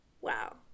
Wow